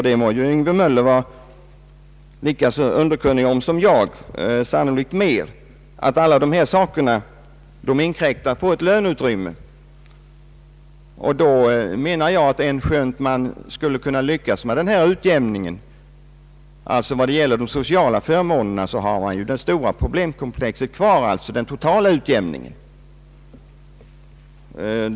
Herr Yngve Möller må vara lika underkunnig som jag, sannolikt mer, om att allt detta inkräktar på löneutrymmet. även om man skulle kunna lyckas med denna utjämning vad gäller de sociala förmånerna, har han det stora problemkomplexet kvar — den totala utjämningen.